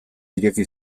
ireki